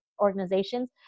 organizations